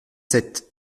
sept